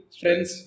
friends